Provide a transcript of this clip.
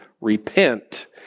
repent